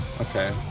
Okay